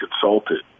consulted